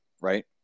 right